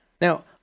Now